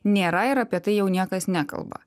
nėra ir apie tai jau niekas nekalba